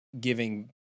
giving